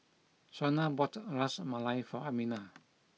Shawna bought Ras Malai for Amina